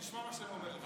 תשמע מה שאני אומר לך,